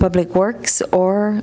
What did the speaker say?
public works or